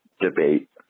debate